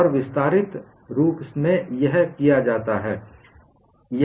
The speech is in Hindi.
और विस्तारित रूप में यह किया जाता है